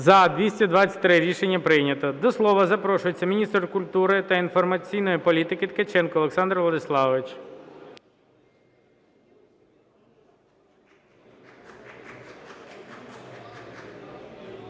За-223 Рішення прийнято. До слова запрошується міністр культури та інформаційної політики Ткаченко Олександр Владиславович.